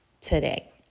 today